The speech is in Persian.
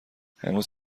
هنوز